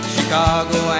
Chicago